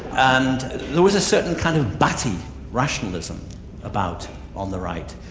and there was a certain kind of batty rationalism about on the right,